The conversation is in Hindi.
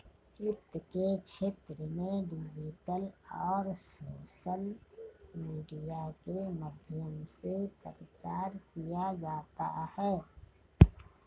वित्त के क्षेत्र में डिजिटल और सोशल मीडिया के माध्यम से प्रचार किया जाता है